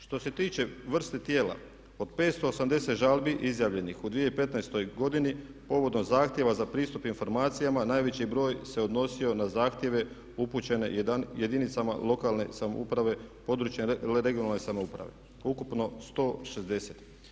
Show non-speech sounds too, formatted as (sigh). Što se tiče vrste tijela od 580 žalbi … (unintelligible) u 2015. godini povodom zahtjeva za pristup informacijama najveći broj se odnosio na zahtjeve upućene jedinicama lokalne samouprave, područne (regionalne) samouprave, ukupno 160.